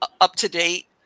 up-to-date